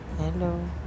Hello